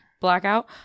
Blackout